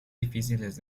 difíciles